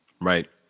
Right